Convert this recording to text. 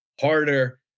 harder